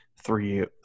three